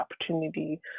opportunity